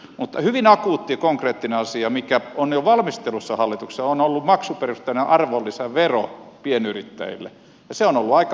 mutta hyvin akuutti ja konkreettinen asia mikä on jo valmistelussa hallituksessa on ollut maksuperusteinen arvonlisävero pienyrittäjille ja se on ollut aika pitkällä